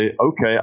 okay